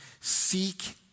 Seek